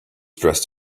dressed